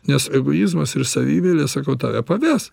nes egoizmas ir savimeilė sakau tave paves